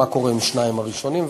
מה קורה עם השניים הראשונים?